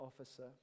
officer